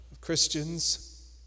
Christians